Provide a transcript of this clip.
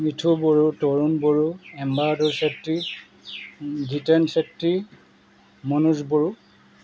Mithu Boro Tarun Boro M Bahadur Chhetri Jiten Chhetri Manoj Bodo